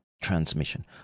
transmission